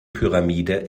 pyramide